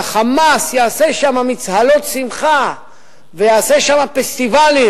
וה"חמאס" יעשה שם מצהלות שמחה ויעשה שם פסטיבלים,